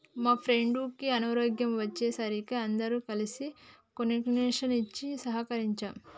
మా ఫ్రెండుకి అనారోగ్యం వచ్చే సరికి అందరం కలిసి డొనేషన్లు ఇచ్చి సహకరించాం